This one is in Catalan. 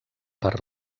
per